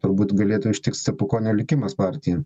turbūt galėtų ištikt stepukonio likimas partiją